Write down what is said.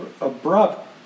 abrupt